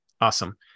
Awesome